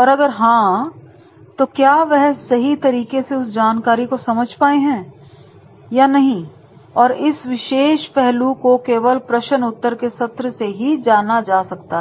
और अगर हां तो क्या वह सही तरीके से उस जानकारी को समझ पाए हैं या नहीं और इस विशेष पहलू को केवल प्रश्न उत्तर के सत्र से ही जाना जा सकता है